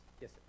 yes